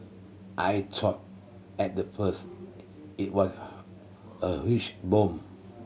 I thought at the first it was a huge bomb